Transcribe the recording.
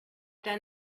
done